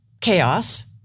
chaos